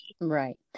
Right